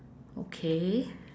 okay